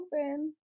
open